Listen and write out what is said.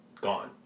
gone